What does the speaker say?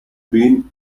bean